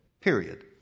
Period